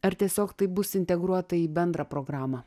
ar tiesiog tai bus integruota į bendrą programą